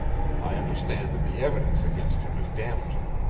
i understand that the evidence against him is damaging.